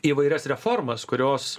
įvairias reformas kurios